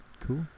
Cool